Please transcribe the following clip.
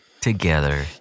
together